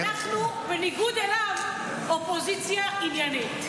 אנחנו, בניגוד אליו, אופוזיציה עניינית.